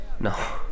No